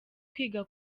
kwiga